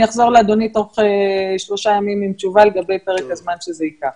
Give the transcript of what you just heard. אני אחזור לאדוני תוך שלושה ימים עם תשובה לגבי פרק הזמן שזה ייקח.